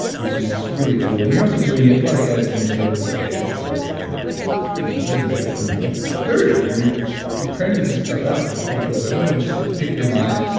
which is really cool. and you're also doing it. a lot of guys in your field. okay, you're forty, you're fifty, you get into business. but you're you're thirty, and you're you're cranking some stuff out that's pretty cool. so i want to just pick your mind,